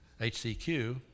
HCQ